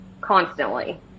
constantly